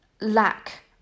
lack